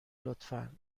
لطفا